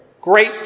great